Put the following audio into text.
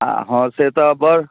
हँ से तऽ बड़